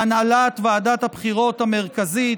להנהלת ועדת הבחירות המרכזית,